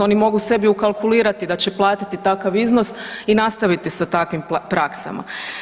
Oni mogu sebi ukalkulirati da će platiti takav iznos i nastaviti sa takvim praksama.